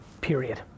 Period